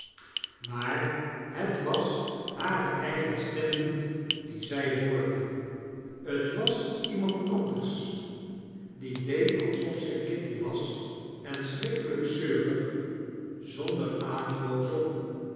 maar het was hare eigen stem niet die zjj hoorde t was iemand anders die deed alsof zg kitty was en schrikkelp zeurig zonder animo zong